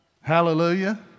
Hallelujah